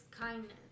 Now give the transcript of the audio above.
kindness